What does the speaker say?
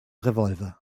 revolver